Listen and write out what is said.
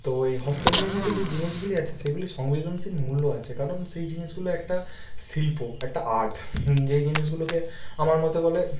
তো এই হস্ত নির্মিত যে জিনিসগুলি আছে সেগুলি সংবেদনশীল মূল্য আছে কারণ সেই জিনিসগুলো একটা শিল্প একটা আর্ট যে জিনিসগুলোকে আমার মতে বলে